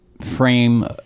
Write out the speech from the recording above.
frame